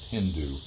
Hindu